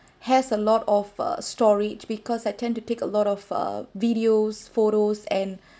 has a lot of uh storage because I tend to take a lot of uh videos photos and